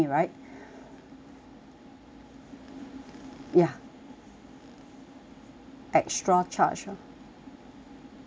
ya extra charge ah